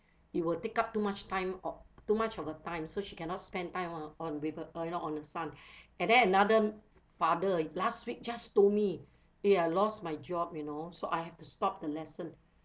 it will take up too much time or too much of a time so she cannot spend time on on river uh you know on the son and then another father last week just told me eh I lost my job you know so I have to stop the lesson